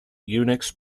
unix